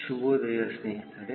ಶುಭೋದಯ ಸ್ನೇಹಿತರೆ